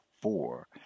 four